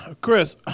Chris